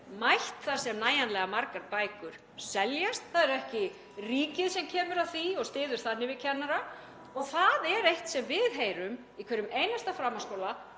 mætt þar sem nægjanlega margar bækur seljast. Það er ekki ríkið sem kemur að því og styður þannig við kennara og það er eitt sem við heyrum í hverjum einasta framhaldsskóla: